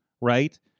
right